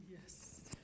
Yes